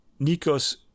Nikos